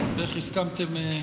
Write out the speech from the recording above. איך הסכמתם.